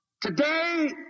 Today